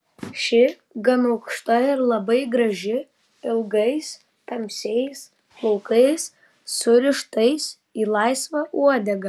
ši gan aukšta ir labai graži ilgais tamsiais plaukais surištais į laisvą uodegą